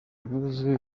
ibibazo